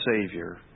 Savior